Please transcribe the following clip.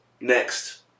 Next